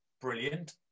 brilliant